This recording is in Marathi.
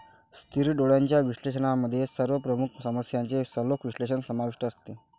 स्थिर डोळ्यांच्या विश्लेषणामध्ये सर्व प्रमुख समस्यांचे सखोल विश्लेषण समाविष्ट असते